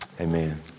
amen